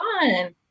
fun